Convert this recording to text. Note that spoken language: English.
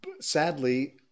Sadly